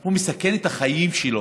הוא מסכן את החיים שלו.